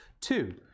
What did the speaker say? Two